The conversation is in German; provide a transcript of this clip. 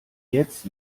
jetzt